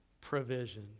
provision